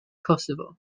kosovo